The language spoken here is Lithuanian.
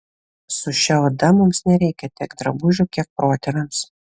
su šia oda mums nereikia tiek drabužių kiek protėviams